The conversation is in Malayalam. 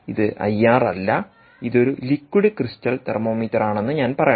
ഇത് ഐആർ അല്ല ഇത് ഒരു ലിക്വിഡ് ക്രിസ്റ്റൽ തെർമോമീറ്ററാണെന്ന് ഞാൻ പറയണം